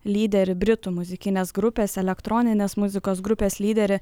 lyderį britų muzikinės grupės elektroninės muzikos grupės lyderį